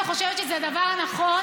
וחושבת שזה הדבר הנכון,